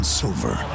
silver